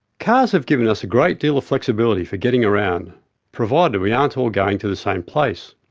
cars have given us a great deal of flexibility for getting around provided we aren't all going to the same place.